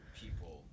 people